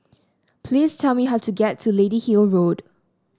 please tell me how to get to Lady Hill Road